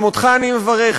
גם אותך אני מברך,